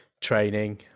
training